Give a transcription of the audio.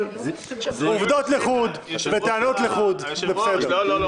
אבל עובדות לחוד וטענות לחוד, זה בסדר.